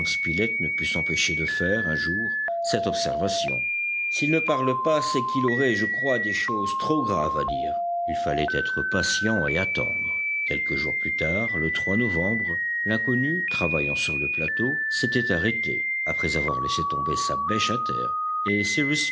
ne put s'empêcher de faire un jour cette observation s'il ne parle pas c'est qu'il aurait je crois des choses trop graves à dire il fallait être patient et attendre quelques jours plus tard le novembre l'inconnu travaillant sur le plateau s'était arrêté après avoir laissé tomber sa bêche à terre et